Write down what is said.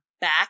back